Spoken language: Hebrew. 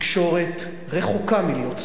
התקשורת רחוקה מלהיות שמאלנית,